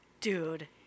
dude